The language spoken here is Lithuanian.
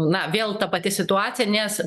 na vėl ta pati situacija nes